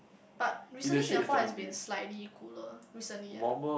but recently Singapore has been slightly cooler recently ah